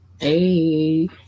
Hey